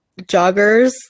joggers